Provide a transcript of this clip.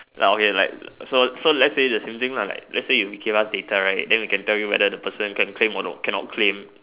ya okay like so so let's say the same thing lah like let's say you give us data right then we can tell you whether the person can claim or cannot claim